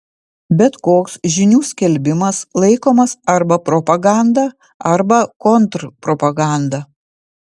bet koks žinių skelbimas laikomas arba propaganda arba kontrpropaganda